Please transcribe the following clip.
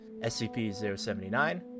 SCP-079